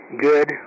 good